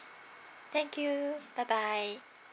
thank you bye bye